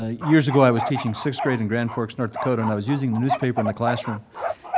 ah years ago i was teaching sixth grade in grand forks, north dakota, and i was using the newspaper in the classroom